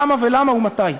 כמה ולמה ומתי.